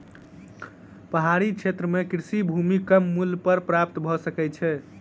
पहाड़ी क्षेत्र में कृषि भूमि कम मूल्य पर प्राप्त भ सकै छै